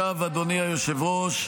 אדוני היושב-ראש,